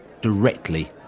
directly